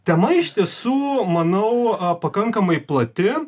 tema iš tiesų manau pakankamai plati